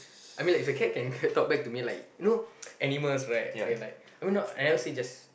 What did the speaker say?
I mean if like a cat can talk back to me like you know animals right they are like I mean not I never say just